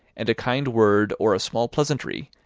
and a kind word or a small pleasantry,